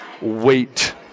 wait